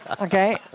Okay